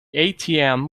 atm